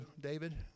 David